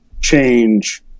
change